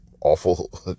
awful